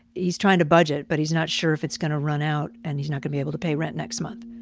he's trying to budget, but he's not sure if it's gonna run out and he's not gonna be able to pay rent next month.